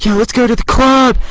yeah let's go to the club,